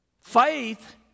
Faith